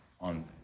on